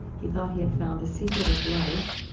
he thought he had found the secret of life,